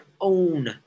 own